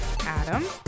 Adam